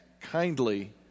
kindly